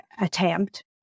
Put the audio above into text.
attempt